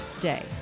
day